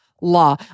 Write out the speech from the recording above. law